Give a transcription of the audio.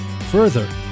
Further